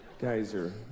Geyser